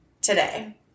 today